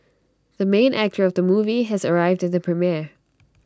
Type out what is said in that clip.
the main actor of the movie has arrived at the premiere